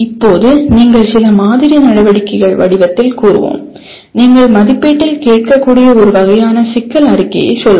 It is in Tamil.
இப்போது நீங்கள் சில மாதிரி நடவடிக்கைகள் வடிவத்தில் கூறுவோம் நீங்கள் மதிப்பீட்டில் கேட்கக்கூடிய ஒரு வகையான சிக்கல் அறிக்கையைச் சொல்வோம்